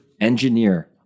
engineer